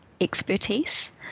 expertise